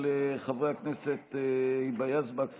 של חברי הכנסת היבה יזבק,